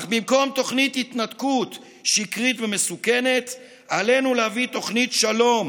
אך במקום תוכנית התנתקות שקרית ומסוכנת עלינו להביא תוכנית שלום: